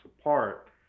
apart